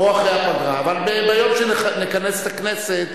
יובל שטייניץ,